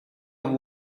have